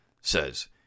says